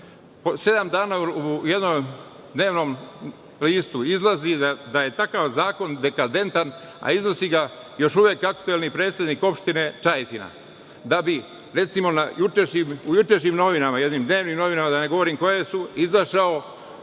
sedam dana u jednom dnevnom listu izlazi da je takav zakon dekadentan, a iznosi ga još uvek aktuelni predsednik opštine Čajetina. U jučerašnjim novinama, jednim dnevnim novinama, da je govorim koje su, izašao